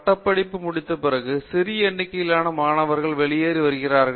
பட்டப்படிப்பு முடிந்த பிறகு சிறிய எண்ணிக்கையிலான மாணவர்கள் வெளியேறி வருகிறார்கள்